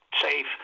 safe